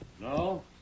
No